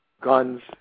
Guns